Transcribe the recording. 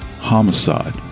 homicide